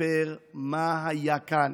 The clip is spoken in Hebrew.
לספר מה היה כאן,